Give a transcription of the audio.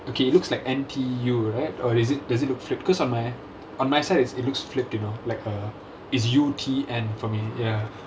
okay it looks like N_T_U right or is it does it look flipped because on my on my side it looks flipped you know like uh it's U_T_N for me ya